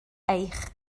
eich